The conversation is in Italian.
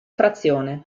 frazione